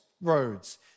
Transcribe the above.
roads